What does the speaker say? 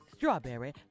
Strawberry